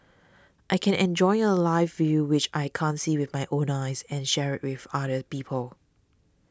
I can enjoy a live view which I can't see with my own eyes and share with other people